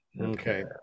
Okay